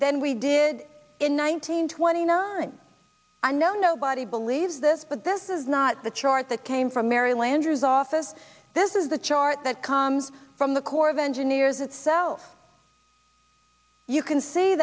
than we did in one thousand and twenty nine i know nobody believes this but this is not the chart that came from mary landrieu is office this is the chart that comes from the corps of engineers itself you can see